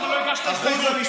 למה לא הגשת הסתייגויות?